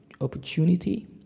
opportunity